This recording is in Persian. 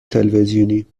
تلویزیونی